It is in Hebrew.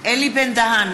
אלי בן-דהן,